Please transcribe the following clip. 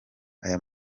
ayo